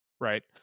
right